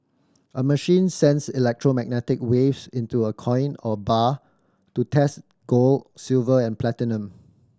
a machine sends electromagnetic waves into a coin or bar to test gold silver and platinum